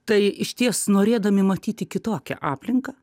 tai išties norėdami matyti kitokią aplinką